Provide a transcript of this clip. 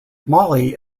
molly